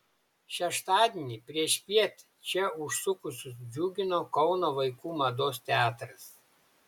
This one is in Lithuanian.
šeštadienį priešpiet čia užsukusius džiugino kauno vaikų mados teatras